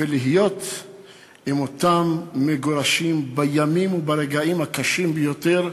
ולהיות עם אותם מגורשים בימים וברגעים הקשים ביותר.